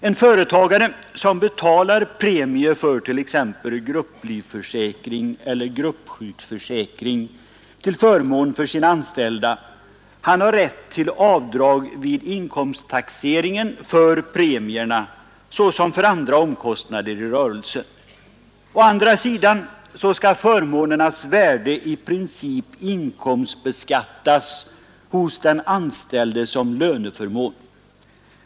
En företagare som betalar premier för t.ex. grupplivförsäkring eller gruppsjukförsäkring till förmån för sina anställda har rätt till avdrag vid inkomsttaxeringen för premierna såsom för andra omkostnader i rörelsen. Å andra sidan skall förmånernas värde i princip inkomstbeskattas hos den anställde såsom löneförmån.